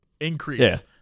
increase